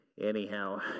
Anyhow